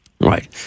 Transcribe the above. Right